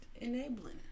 enabling